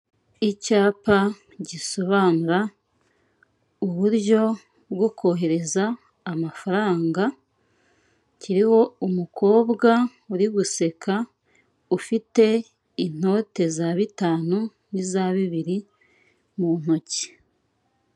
Icyapa gisobanura uburyo bwo kohereza amafaranga, kiriho umukobwa uri guseka ufite inote za bitanu n'izabibiri mu ntoki.